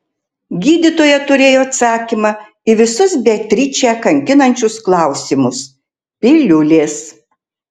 gydytoja turėjo atsakymą į visus beatričę kankinančius klausimus piliulės